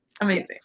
Amazing